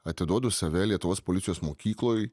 atiduodu save lietuvos policijos mokykloj